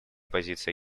позиция